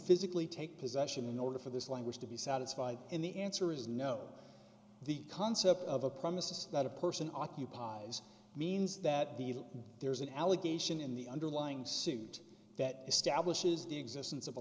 physically take possession in order for this language to be satisfied in the answer is no the concept of a promise is that a person occupies means that the there's an allegation in the underlying suit that establishes the existence of a